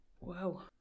wow